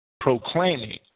proclaiming